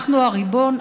אנחנו הריבון,